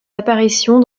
apparitions